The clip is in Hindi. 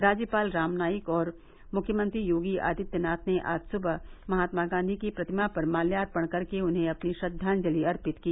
राज्यपाल राम नाईक और मुख्यमंत्री योगी आदित्यनाथ ने आज सुबह महात्मा गांधी की प्रतिमा पर माल्यार्पण कर के उन्हें अपनी श्रद्वांजलि अर्पित की